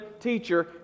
teacher